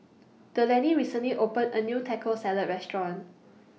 Delaney recently opened A New Taco Salad Restaurant